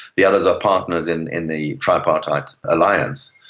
the others are partners in in the tripartite alliance,